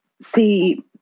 see